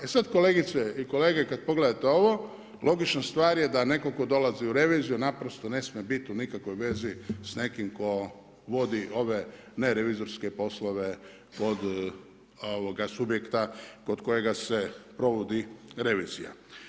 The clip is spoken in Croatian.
E sad kolegice i kolege kad pogledate ovo logična stvar je da netko tko dolazi u reviziju naprosto ne smije bit u nikakvoj vezi s nekim tko vodi ove nerevizorske poslove kod subjekta kod kojega se provodi revizija.